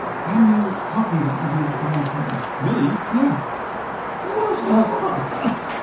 can you copy that and do the same thing me yes ah